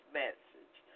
message